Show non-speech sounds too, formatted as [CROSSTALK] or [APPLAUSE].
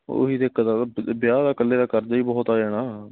ਉਹ ਹੀ ਦਿੱਕਤ ਆ [UNINTELLIGIBLE] ਵਿਆਹ ਦਾ ਇਕੱਲੇ ਦਾ ਕਰਜ਼ਾ ਹੀ ਬਹੁਤ ਆ ਜਾਣਾ